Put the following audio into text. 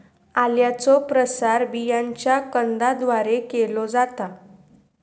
आल्याचो प्रसार बियांच्या कंदाद्वारे केलो जाता